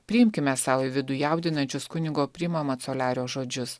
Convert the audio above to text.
priimkime sau į vidų jaudinančius kunigo primo mat soliario žodžius